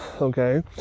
okay